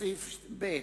סעיף (ב),